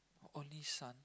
only son